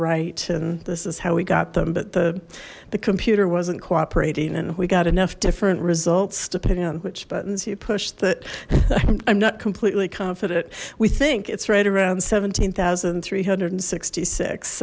right and this is how we got them but the the computer wasn't cooperating and we got enough different results depending on which buttons you pushed that i'm not completely confident we think it's right around seventeen thousand three hundred and sixty six